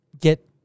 get